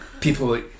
people